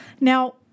Now